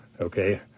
Okay